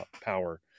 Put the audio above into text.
power